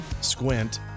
squint